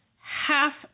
half